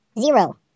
zero